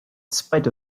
spite